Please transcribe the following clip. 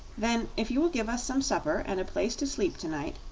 then, if you will give us some supper and a place to sleep to-night,